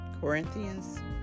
Corinthians